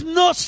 no